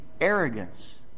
arrogance